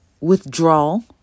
withdrawal